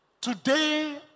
Today